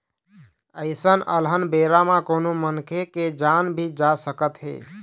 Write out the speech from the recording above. अइसन अलहन बेरा म कोनो मनखे के जान भी जा सकत हे